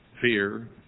fear